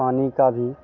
पानी का भी